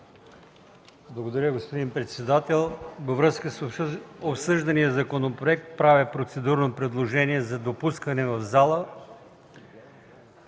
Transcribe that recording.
Благодаря Ви, господин председател. Във връзка с обсъждания законопроект правя процедурно предложение за допускане в зала